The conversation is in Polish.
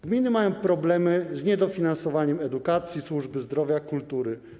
Gminy mają problemy z niedofinansowaniem edukacji, służby zdrowia i kultury.